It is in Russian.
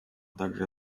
также